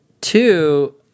two